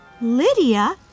Lydia